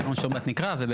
מה?